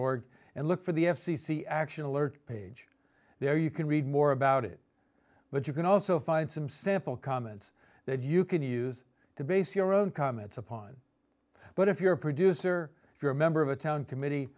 org and look for the f c c action alert page there you can read more about it but you can also find some sample comments that you can use to base your own comments upon it but if you're a producer if you're a member of a town committee